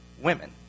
women